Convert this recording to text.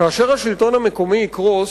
כאשר השלטון המקומי יקרוס,